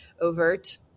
overt